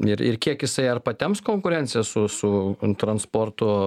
ir ir kiek jisai ar patemps konkurenciją su su transportu